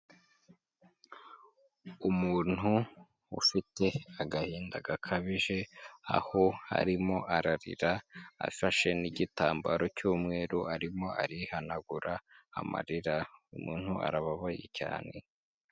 Umuntu ufite agahinda gakabije, aho arimo ararira afashe n'igitambaro cy'umweru, arimo arihanagura amarira. Umuntu arababaye cyane.